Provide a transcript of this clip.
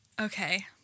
Okay